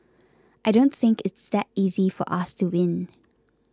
I don't think it's that easy for us to win